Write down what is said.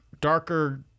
darker